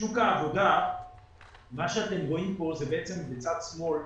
מה שאתם רואים כאן, בצד שמאל,